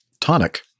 tonic